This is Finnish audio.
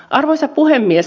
arvoisa puhemies